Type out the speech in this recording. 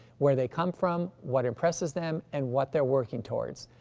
where they come from, what impresses them and what they're working towards.